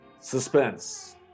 Suspense